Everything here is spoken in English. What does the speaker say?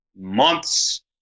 months